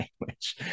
language